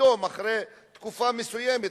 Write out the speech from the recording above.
פתאום אחרי תקופה מסוימת,